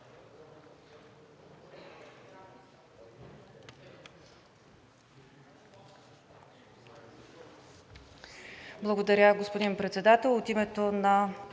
Благодаря, господин Председател.